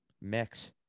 mix